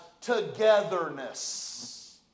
togetherness